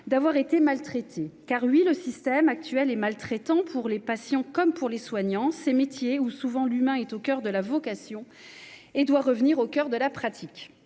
d'avoir été maltraités. Oui, le système actuel est maltraitant, pour les patients comme pour les soignants, alors que l'humain est au coeur de leur vocation. Et il doit revenir au coeur de leur pratique